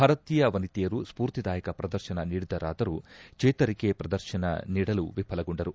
ಭಾರತೀಯ ವನಿತೆಯರು ಸ್ಫೂರ್ತಿದಾಯಕ ಪ್ರದರ್ಶನ ನೀಡಿದರಾದರೂ ಚೇತರಿಕೆ ಪ್ರದರ್ಶನ ನೀಡಲು ವಿಫಲಗೊಂಡರು